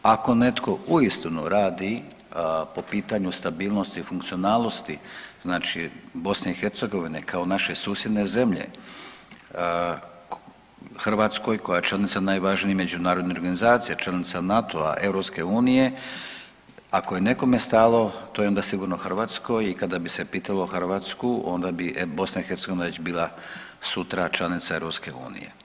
Ako netko uistinu radi po pitanju stabilnosti i funkcionalnosti znači BiH kao naše susjedne zemlje Hrvatskoj koja je članica najvažnije međunarodne organizacije, članica NATO-a, EU, ako je nekome stalo to je onda sigurno Hrvatskoj i kada bi se pitalo Hrvatsku onda bi BiH već bila sutra članica EU.